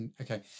okay